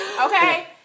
okay